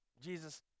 Jesus